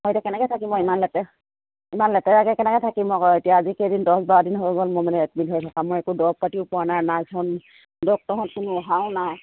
হয় এতিয়া কেনেকৈ থাকিম হয় ইমান লেতেৰা ইমান লেতেৰাকৈ কেনেকৈ থাকিম আকৌ এতিয়া আজি কেইদিন দহ বাৰ দিন হৈ গ'ল মোৰ মানে এডমিট হৈ থকা মই একো দৰৱ পাতিও পোৱা নাই নাৰ্ছহঁত ডক্টৰহঁত কোনো অহাও নাই